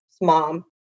mom